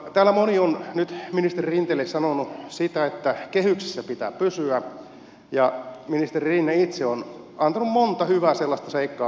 täällä moni on nyt ministeri rinteelle sanonut että kehyksissä pitää pysyä ja ministeri rinne itse on antanut monta hyvää seikkaa mitkä pitäisi toteuttaa